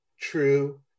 True